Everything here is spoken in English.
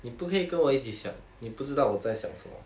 你不可以跟我一起想你不知道我在想什么